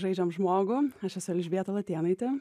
žaidžiam žmogų aš esu elžbieta latėnaitė